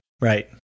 right